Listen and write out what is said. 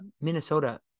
Minnesota